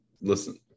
listen